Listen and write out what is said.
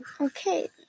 Okay